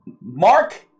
Mark